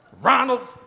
Ronald